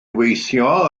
weithio